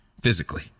physically